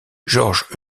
georges